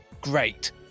great